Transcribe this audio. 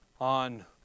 on